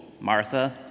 Martha